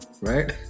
Right